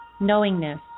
knowingness